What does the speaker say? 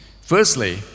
firstly